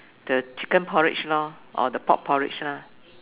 the chicken porridge lor or the pork porridge lah